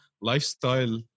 lifestyle